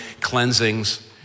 cleansings